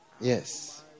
Yes